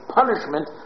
punishment